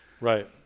Right